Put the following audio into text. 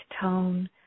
tone